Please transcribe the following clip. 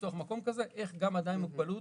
לפתוח מקום כזה איך גם אדם עם מוגבלות